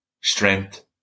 strength